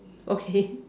okay